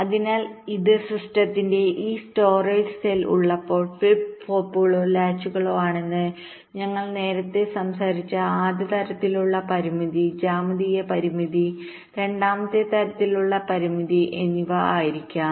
അതിനാൽ ഇത് സിസ്റ്റത്തിന്റെ ഈ സ്റ്റോറേജ് സെൽ ഉള്ളപ്പോൾ ഫ്ലിപ്പ് ഫ്ലോപ്പുകളോ ലാച്ചുകളോ ആണെന്ന് ഞങ്ങൾ നേരത്തെ സംസാരിച്ച ആദ്യ തരത്തിലുള്ള പരിമിതി ജ്യാമിതീയ പരിമിതി രണ്ടാമത്തെ തരത്തിലുള്ള പരിമിതി എന്നിവ ആയിരിക്കും